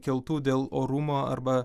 keltų dėl orumo arba